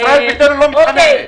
ישראל ביתנו לא מתחננת.